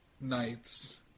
nights